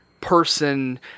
person